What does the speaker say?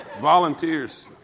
Volunteers